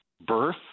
birth